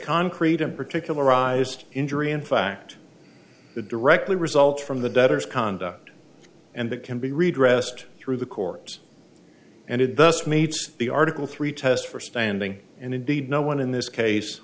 concrete and particularized injury in fact that directly result from the debtors conduct and that can be redressed through the court and it thus meets the article three test for standing and indeed no one in this case